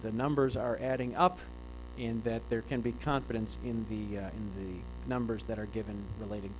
the numbers are adding up in that there can be confidence in the numbers that are given relating